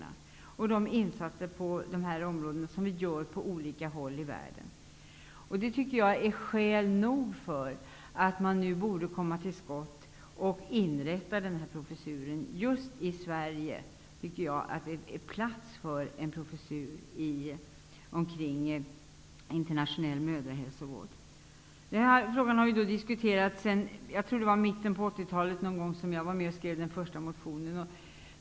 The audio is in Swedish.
Det gäller också de insatser på de här områdena som vi gör på olika håll i världen. Det tycker jag är skäl nog för att man nu borde komma till skott och inrätta nämnda professur. Just i Sverige tycker jag att det finns plats för en professur avseende internationell mödrahälsovård. Frågan har diskuterats, tror jag, sedan mitten av 80 talet. Jag tror att det var då som jag var med och skrev den första motionen.